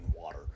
water